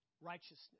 Righteousness